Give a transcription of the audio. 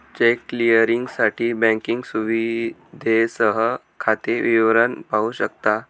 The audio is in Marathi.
चेक क्लिअरिंगसाठी बँकिंग सुविधेसह खाते विवरण पाहू शकता